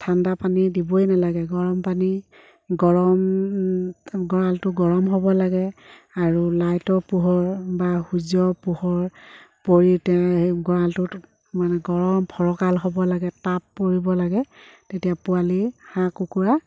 ঠাণ্ডাপানী দিবই নেলাগে গৰমপানী গৰম গড়ালটো গৰম হ'ব লাগে আৰু লাইটৰ পোহৰ বা সূৰ্যৰ পোহৰ পৰি তেওঁ সেই গড়ালটোত মানে গৰম ফৰকাল হ'ব লাগে তাপ পৰিব লাগে তেতিয়া পোৱালি হাঁহ কুকুৰা